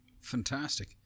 fantastic